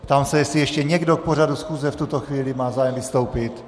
Ptám se, jestli ještě někdo k pořadu schůze v tuto chvíli má zájem vystoupit.